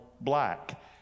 black